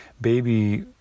baby